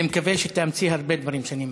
אני מקווה שתאמצי הרבה דברים שאני מציע.